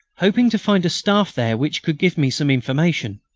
hoping to find a staff there which could give me some information.